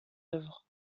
œuvres